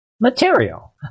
material